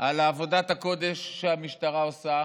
על עבודת הקודש שהמשטרה עושה.